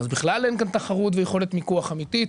אז, בכלל אין גם תחרות ויכולת מיקוח אמיתית.